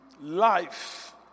life